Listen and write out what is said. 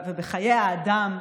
בחיי אדם,